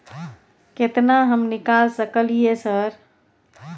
केतना हम निकाल सकलियै सर?